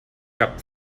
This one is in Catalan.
cap